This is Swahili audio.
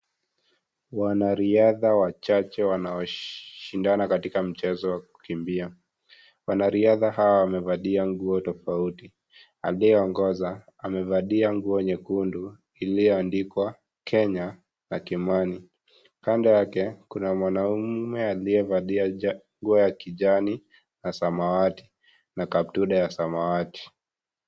Wanariadha wachache wanashindana katika mchezo wa kukimbia . Wanariadha hawa wamevalia nguo tofauti. Aliyeongoza amevalia nguo nyekundu iliyoandikwa Kenya na (cs)Kimani(cs). Kando yake, kuna mwanaume aliyevalia nguo ya kijani na samawati na kaptura ya samawati.